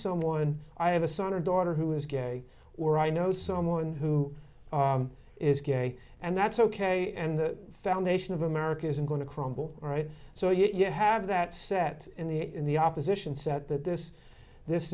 someone i have a son or daughter who is gay or i know someone who is gay and that's ok and the foundation of america isn't going to crumble right so you have that set in the in the opposition set that this